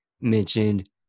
mentioned